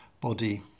body